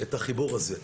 את החיבור הזה.